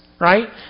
right